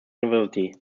university